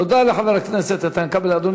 תודה לחבר הכנסת איתן כבל.